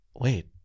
wait